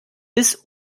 bis